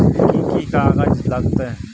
कि कि कागजात लागतै?